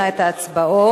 אנחנו נעביר את הנושא לוועדת